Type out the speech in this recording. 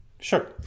Sure